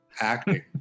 acting